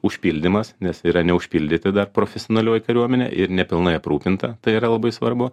užpildymas nes yra neužpildyti dar profesionalioj kariuomenė ir nepilnai aprūpinta tai yra labai svarbu